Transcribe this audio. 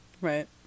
Right